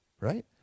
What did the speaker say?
Right